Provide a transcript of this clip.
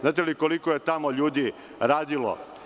Znate li koliko je tamo ljudi radilo?